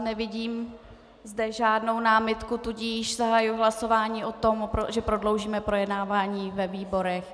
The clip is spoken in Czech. Nevidím zde žádnou námitku, tudíž zahajuji hlasování o tom, že prodloužíme projednávání ve výborech.